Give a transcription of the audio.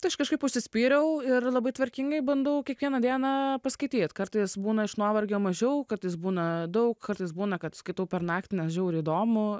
tai aš kažkaip užsispyriau ir labai tvarkingai bandau kiekvieną dieną paskaityt kartais būna iš nuovargio mažiau kartais būna daug kartais būna kad skaitau per naktį nes žiauriai įdomu